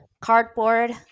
cardboard